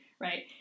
right